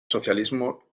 socialismo